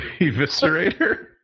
Eviscerator